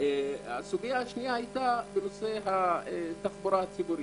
הסוגיה השנייה היתה בנושא התחבורה הציבורית.